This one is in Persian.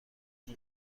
این